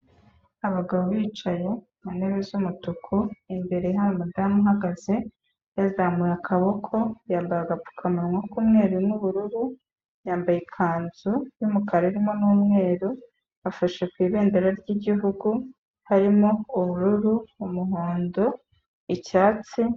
Abagabo bicaye ku ntebe z'umutuku, imbere hari umadamu uhagaze, yazamuye akaboko, yambaye agapfukamunwa k'umweru n'ubururu, yambaye ikanzu y'umukara irimo n'umweru, afashe ku ibendera ry'igihugu, harimo ubururu, umuhondo, icyatsi...